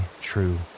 true